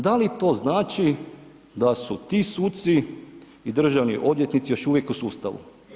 Da li to znači da su ti suci i državni odvjetnici još uvijek u sustavu?